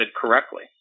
correctly